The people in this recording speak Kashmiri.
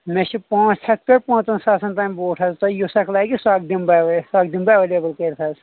مےٚ چھُ پانژھ ہتھ پٮ۪ٹھ پانژن ساسن تام بوٹ حظ تۄہہِ یُس اکھ لَگہِ سُہ اکھ دِمہٕ بہٕ اوے سُہ اکھ دِمہٕ بہٕ ایویلیبٕل کٔرتھ حظ